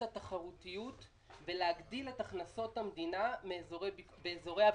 התחרותיות ולהגדיל את הכנסות המדינה באזורי הביקוש.